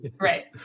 Right